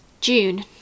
June